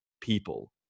people